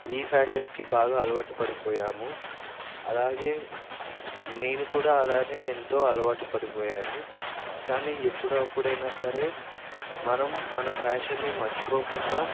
ఈ ఫ్యాషన్కి బాగా అలవాటు పడిపోయాము అలాగే నేను కూడా అలానే ఎంతో అలవాటు పడిపోయాను కానీ ఎప్పుడో అప్పుడైనా సరే మనం మన ఫ్యాషన్ని మర్చిపోకుండా